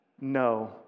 No